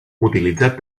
utilitzat